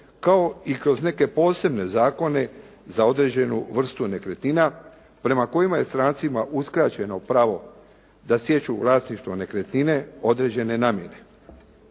kao i kroz neke posebne zakone za određenu vrstu nekretnina prema kojima je strancima uskraćeno pravo da stječu vlasništvo nekretnine određene namjene.